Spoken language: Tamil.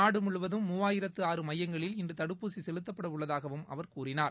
நாடு முழுவதும் மூவாயிரத்து ஆறு மையங்களில் இன்று தடுப்பூசி செலுத்தப்பட உள்ளதாகவும் அவர் கூறினார்